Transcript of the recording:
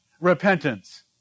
repentance